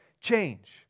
change